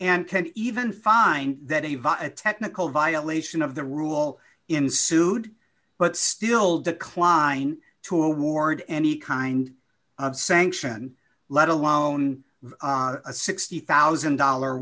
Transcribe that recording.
and can even find that even a technical violation of the rule ensued but still decline to award any kind of sanction let alone a sixty thousand dollar